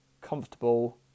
comfortable